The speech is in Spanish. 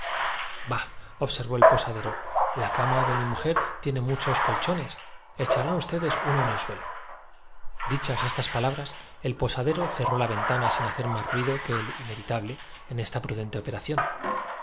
itar servó el posadero la cama de mi mujer tiene muchos colchones echa su corazón la deliberación era ya un crimen fascinado por aquel rán ustedes uno en el suelo dichas estas palabras el posadero cerró montón de oro se emborrachó con argumentos homicidas preguntóse si la ventana sin hacer más ruido que el inevitable en esta prudente